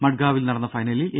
മഡ്ഗാവിൽ നടന്ന ഫൈനലിൽ എ